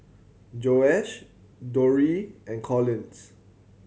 Josiah Drury and Collins